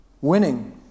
Winning